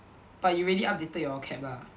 but you already updated your CAP lah